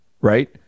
Right